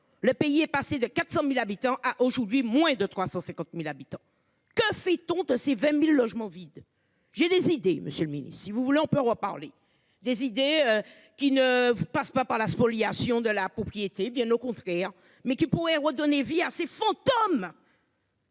Le pays est passé de 400.000 habitants a aujourd'hui moins de 350.000 habitants que fait tontes, c'est 20.000 logements vides. J'ai décidé, Monsieur le Ministre, si vous voulez on peut reparler des idées qui ne passe pas par la spoliation de la propriété. Bien au contraire mais qui pourrait redonner vie à ces fantômes.--